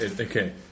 okay